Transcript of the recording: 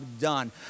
done